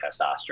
testosterone